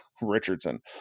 Richardson